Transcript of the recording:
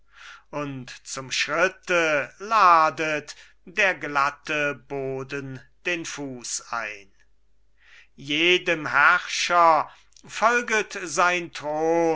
und zum schritte ladet der glatte boden den fuß ein jedem herrscher folget sein thron